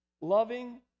loving